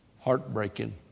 Heartbreaking